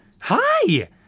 Hi